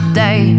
day